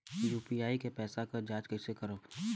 UPI के पैसा क जांच कइसे करब?